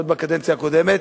עוד בקדנציה הקודמת.